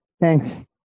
Thanks